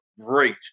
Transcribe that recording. great